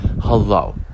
Hello